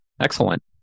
Excellent